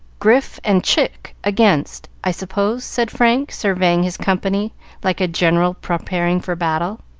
grif, and chick against, i suppose? said frank, surveying his company like a general preparing for battle.